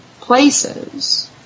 places